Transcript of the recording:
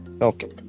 Okay